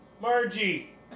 Margie